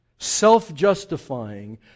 self-justifying